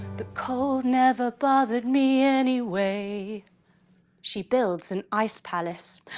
the cold never bothered me anyway she builds an ice palace.